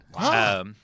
Wow